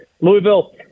Louisville –